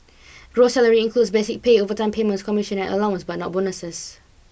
gross salary includes basic pay overtime payments commissions and allowances but not bonuses